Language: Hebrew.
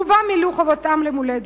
רובם מילאו את חובתם למולדת,